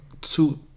Two